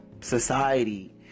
society